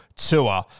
tour